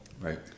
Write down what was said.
Right